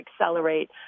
accelerate